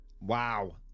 Wow